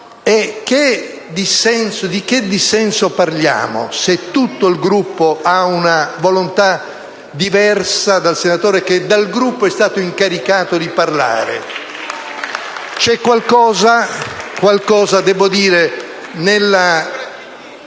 di che dissenso parliamo se tutto il Gruppo ha una volontà diversa dal senatore che dal Gruppo è stato incaricato di parlare? *(Applausi dai Gruppi*